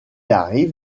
arrive